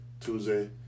Tuesday